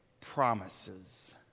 promises